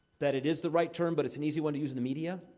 that it is the right term, but it's an easy one to use in the media.